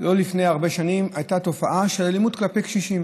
לפני לא הרבה שנים הייתה תופעה של אלימות כלפי קשישים,